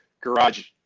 garage